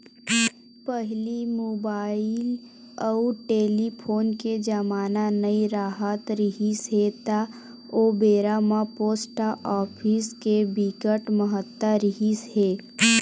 पहिली मुबाइल अउ टेलीफोन के जमाना नइ राहत रिहिस हे ता ओ बेरा म पोस्ट ऑफिस के बिकट महत्ता रिहिस हे